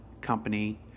company